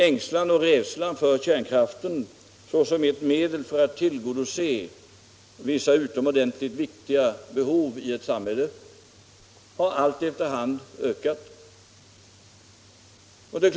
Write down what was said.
Ängslan och rädslan för kärnkraften såsom medel för att tillgodose vissa utomordentligt viktiga behov i ett samhälle har efter hand ökat.